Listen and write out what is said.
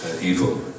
evil